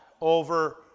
over